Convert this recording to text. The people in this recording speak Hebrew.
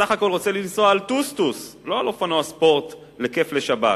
שבסך הכול רוצה לנסוע על טוסטוס ולא על אופנוע ספורט לכיף לשבת,